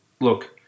look